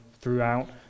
throughout